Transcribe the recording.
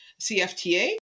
CFTA